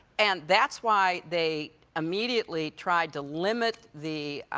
and that's why they immediately tried to limit the